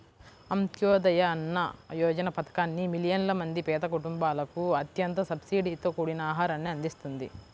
అంత్యోదయ అన్న యోజన పథకాన్ని మిలియన్ల మంది పేద కుటుంబాలకు అత్యంత సబ్సిడీతో కూడిన ఆహారాన్ని అందిస్తుంది